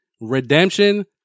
Redemption